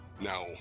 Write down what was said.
now